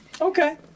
Okay